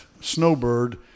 Snowbird